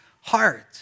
heart